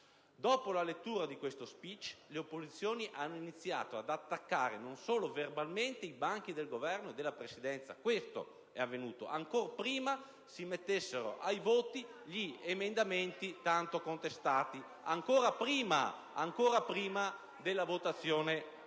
Dopo la lettura dello *speech*, le opposizioni hanno iniziato ad attaccare, non solo verbalmente, i banchi del Governo e quello della Presidenza. Questo è avvenuto ancor prima che si mettessero ai voti gli emendamenti tanto contestati. *(Commenti dal Gruppo PD)*.